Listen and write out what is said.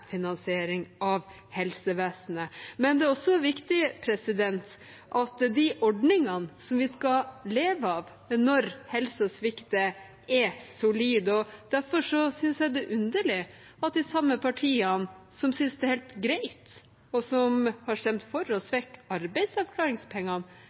av helsevesenet. Det er også viktig at de ordningene vi skal leve av når helsen svikter, er solide. Derfor synes jeg det er underlig at de samme partiene som synes det er helt greit, og som har stemt for å